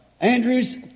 Andrew's